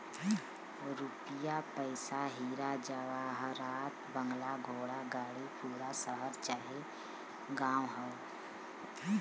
रुपिया पइसा हीरा जवाहरात बंगला घोड़ा गाड़ी पूरा शहर चाहे गांव हौ